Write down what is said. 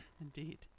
Indeed